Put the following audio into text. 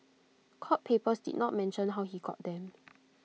court papers did not mention how he got them